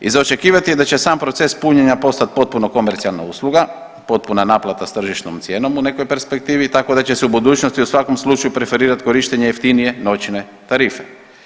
I za očekivati je da će sam proces punjenja postat potpuno komercijalna usluga, potpuna naplata s tržišnom cijenom u nekoj perspektivi tako da će se u budućnosti u svakom slučaju preferirat korištenje jeftinije noćne tarife.